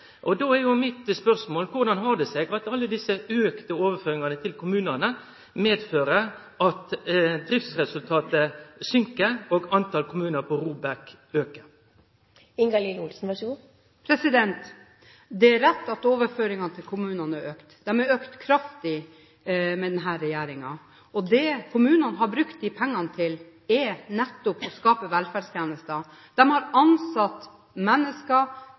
blir då: Korleis har det seg at alle desse auka overføringane til kommunane fører til at driftsresultatet går ned, og talet på ROBEK-kommunar aukar? Det er riktig at overføringene til kommunene har økt – de har økt kraftig under denne regjeringen. Det som kommunene har brukt pengene til, er nettopp å skape velferdstjenester. De har ansatt